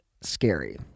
scary